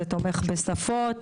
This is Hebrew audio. זה תומך בשפות,